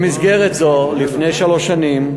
במסגרת זו יזמתי, לפני שלוש שנים,